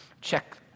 check